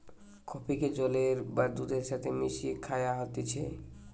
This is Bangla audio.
কফিকে জলের বা দুধের সাথে মিশিয়ে খায়া হতিছে